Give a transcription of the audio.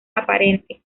aparente